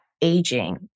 aging